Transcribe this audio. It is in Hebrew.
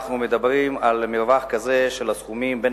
אנחנו מדברים על מרווח כזה של סכומים בין